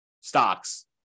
stocks